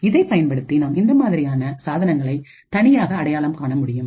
இதைப் பயன்படுத்தி நாம் இந்த மாதிரியான சாதனங்களை தனியாக அடையாளம் காண முடியும்